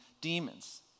demons